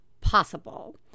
possible